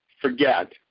forget